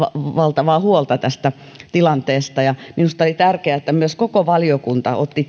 valtavaa huolta tästä tilanteesta minusta oli tärkeää että koko valiokunta otti